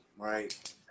right